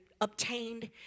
obtained